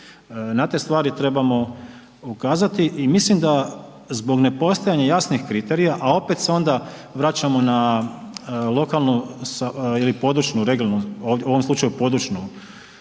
na te stvari trebamo ukazati i mislim da zbog nepostojanja jasnih kriterija, a opet se onda vraćamo na lokalnu ili područnu (regionalnu), u ovom slučaju područnu